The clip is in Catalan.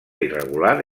irregular